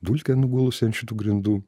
dulkė nugulusi ant šitų grindų